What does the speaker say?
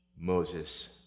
Moses